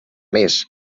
més